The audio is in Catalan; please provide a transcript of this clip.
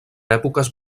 èpoques